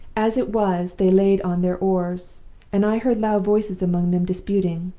as it was, they laid on their oars and i heard loud voices among them disputing.